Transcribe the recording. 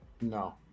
no